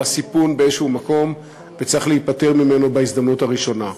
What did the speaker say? הסיפון באיזה מקום וצריך להיפטר ממנו בהזדמנות הראשונה.